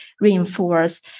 reinforce